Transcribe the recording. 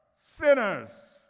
sinners